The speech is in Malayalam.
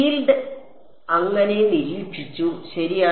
ഫീൽഡ് അങ്ങനെ നിരീക്ഷിച്ചു ശരിയാണ്